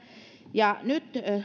ja nyt